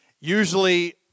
Usually